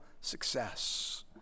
success